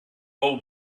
old